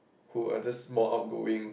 who are the small outgoing